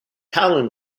talon